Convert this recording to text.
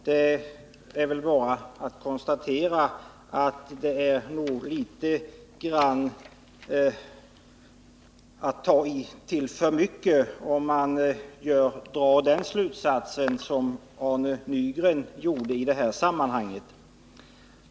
Det är nog att ta till för mycket om man drar den slutsats som Arne Nygren drog i sammanhanget.